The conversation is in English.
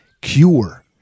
Cure